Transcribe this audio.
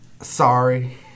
sorry